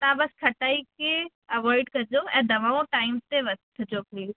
तव्हां बसि खटाई खे अवॉइड कजो ऐं दवाऊं टाइम ते वठिजो प्लीज